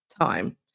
time